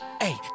hey